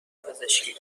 دندونپزشکی